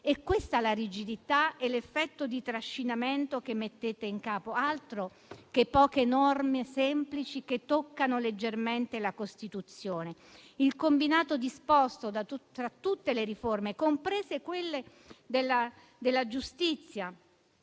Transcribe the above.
questi la rigidità e l'effetto di trascinamento che mettete in capo. Altro che poche norme semplici che toccano leggermente la Costituzione. Il combinato disposto tra tutte le riforme, compresa quella della giustizia,